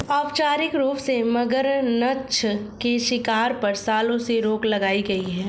औपचारिक रूप से, मगरनछ के शिकार पर, सालों से रोक लगाई गई है